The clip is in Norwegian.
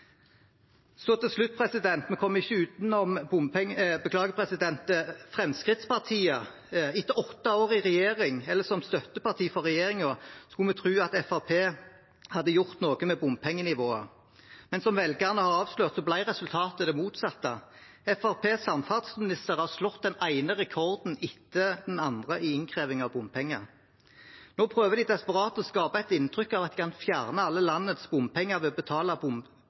Etter åtte år i regjering eller som støtteparti for regjeringen skulle vi tro at Fremskrittspartiet hadde gjort noe med bompengenivået, men som velgerne har avslørt, ble resultatet det motsatte. Fremskrittspartiets samferdselsministre har slått den ene rekorden etter den andre i innkreving av bompenger. Nå prøver de desperat å skape et inntrykk av at de kan fjerne alle landets bompenger ved å betale